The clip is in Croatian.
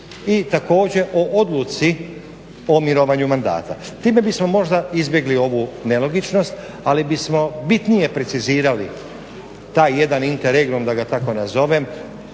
i također o odluci o mirovanju mandata. time bismo možda izbjegli ovu nelogičnost, ali bismo bitnije precizirali taj jedan inter regnum da ga tako nazovem,